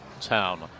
town